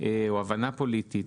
או הבנה פוליטית,